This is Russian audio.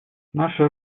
наша